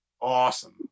awesome